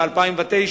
ב-2009.